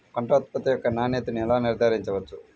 పంట ఉత్పత్తి యొక్క నాణ్యతను ఎలా నిర్ధారించవచ్చు?